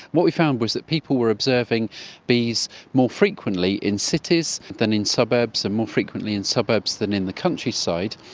what we found was that people were observing bees more frequently in cities than in suburbs and more frequently in suburbs that in the countryside,